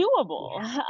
doable